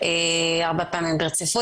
ארבע פעמים ברציפות,